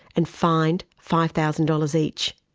and fined five thousand dollars each.